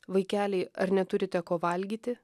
vaikeliai ar neturite ko valgyti